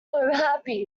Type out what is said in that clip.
happy